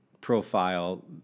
profile